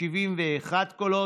71 קולות,